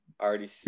Already